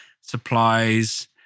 supplies